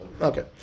Okay